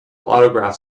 autograph